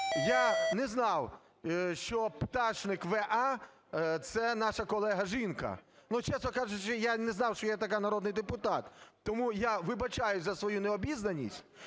Я не знав, що Пташник В.А. – це наша колега-жінка. Чесно кажучи, я не знав, що є такий народний депутат. Тому я вибачаюся за свою необізнаність.